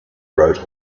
wrote